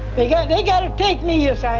they got they got to take me as i